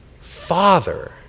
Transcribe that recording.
Father